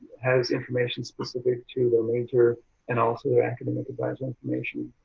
has information specific to their major and also their academic advisor information.